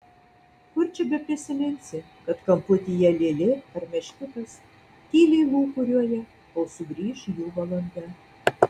kur čia beprisiminsi kad kamputyje lėlė ar meškiukas tyliai lūkuriuoja kol sugrįš jų valanda